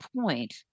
point